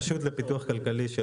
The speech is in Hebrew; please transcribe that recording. רשות לפיתוח כלכלי של